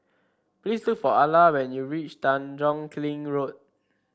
please look for Ala when you reach Tanjong Kling Road